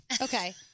Okay